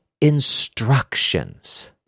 instructions